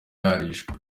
yarishwe